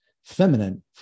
feminine